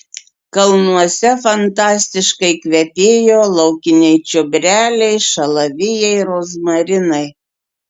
kalnuose fantastiškai kvepėjo laukiniai čiobreliai šalavijai rozmarinai